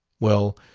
well,